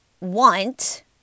want